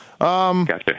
Gotcha